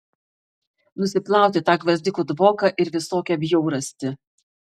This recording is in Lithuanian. nusiplauti tą gvazdikų dvoką ir visokią bjaurastį